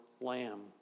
lamb